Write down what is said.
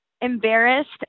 embarrassed